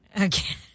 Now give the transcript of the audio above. Okay